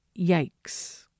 yikes